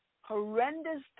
horrendous